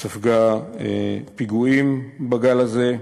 שספגה פיגועים בגל הזה,